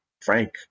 Frank